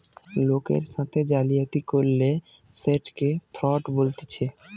লোকের সাথে জালিয়াতি করলে সেটকে ফ্রড বলতিছে